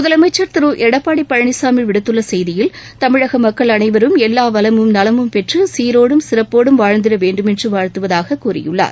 முதலமைச்சர் திரு எடப்பாடி பழனிசாமி விடுத்துள்ள செய்தியில் தமிழக மக்கள் அனைவரும் எல்லா வளமும் நலமும் பெற்று கீரோடும் சிறப்போடும் வாழ்ந்திட் வேண்டுமென்று வாழ்த்துவதாக கூறியுள்ளார்